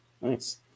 Nice